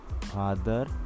father